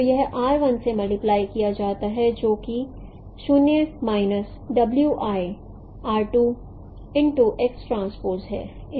तो यह r 1 से मल्टीप्लाई किया जाता है जो कि 0 minus w i r 2 into X transpose है